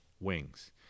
Wings